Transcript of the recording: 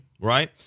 right